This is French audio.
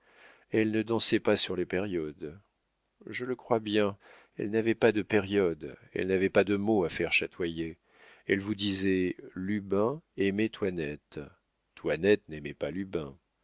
elle ne dansait pas sur les périodes je le crois bien elle n'avait pas de périodes elle n'avait pas de mois à faire chatoyer elle vous disait lubin aimait toinette toinette n'aimait pas lubin